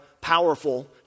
powerful